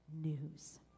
news